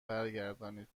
برگردانید